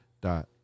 dot